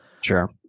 Sure